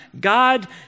God